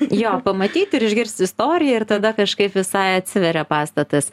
jo pamatyti ir išgirsti istoriją ir tada kažkaip visai atsiveria pastatas